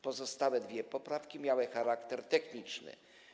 Pozostałe dwie poprawki miały charakter techniczny.